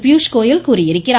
பியூஷ்கோயல் தெரிவித்திருக்கிறார்